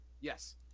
Yes